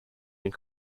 and